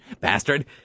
bastard